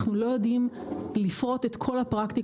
אנחנו לא יודעים לפרוט את כל הפרקטיקות.